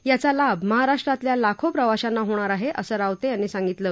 याचा लाभ महाराष्ट्रातील लाखो प्रवाशांना होणार आहे असे रावते यांनी सांगितलं